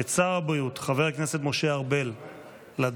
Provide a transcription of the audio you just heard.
את שר הבריאות חבר הכנסת משה ארבל לדוכן,